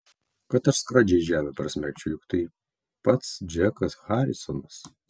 kad aš skradžiai žemę prasmegčiau juk tai pats džekas harisonas